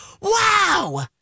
wow